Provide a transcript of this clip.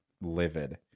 livid